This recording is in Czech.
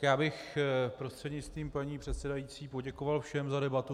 Já bych prostřednictvím paní předsedající poděkoval všem za debatu.